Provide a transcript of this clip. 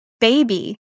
baby